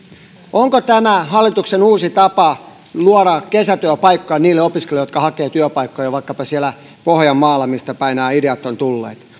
onko tämä hallituksen uusi tapa luoda kesätyöpaikkoja niille opiskelijoille jotka hakevat työpaikkoja vaikkapa siellä pohjanmaalla mistä päin nämä ideat ovat tulleet